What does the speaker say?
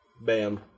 Bam